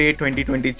2020